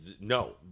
no